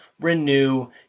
renew